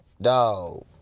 dog